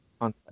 on